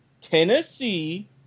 Tennessee